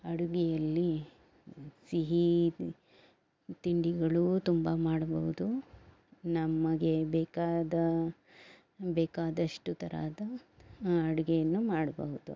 ಅಡುಗೆಯಲ್ಲಿ ಸಿಹಿ ತಿಂಡಿಗಳು ತುಂಬ ಮಾಡ್ಬವುದು ನಮಗೆ ಬೇಕಾದ ಬೇಕಾದಷ್ಟು ಥರದ ಅಡುಗೆಯನ್ನು ಮಾಡಬಹುದು